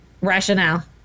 rationale